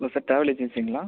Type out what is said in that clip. hello sir travel ஏஜென்சிங்களா